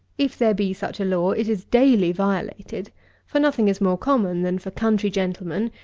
if there be such a law, it is daily violated for nothing is more common than for country gentlemen,